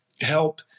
help